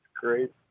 great